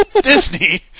Disney